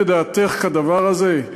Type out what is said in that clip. היעלה בדעתך כדבר הזה?